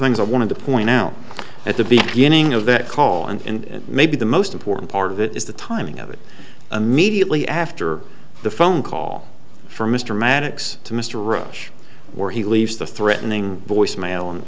things i want to point out at the beginning of that call and maybe the most important part of it is the timing of it immediately after the phone call from mr maddox to mr rush where he leaves the threatening voicemail and